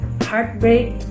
heartbreak